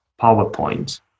PowerPoint